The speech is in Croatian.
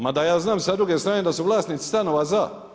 Mada ja znam sa druge strane da su vlasnici stanova za.